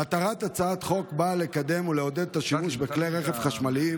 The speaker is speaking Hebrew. מטרת הצעת החוק לקדם ולעודד את השימוש בכלי רכב חשמליים,